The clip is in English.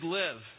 live